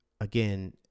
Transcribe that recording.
again